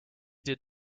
did